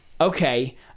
Okay